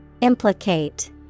Implicate